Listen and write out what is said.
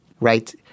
Right